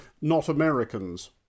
not-Americans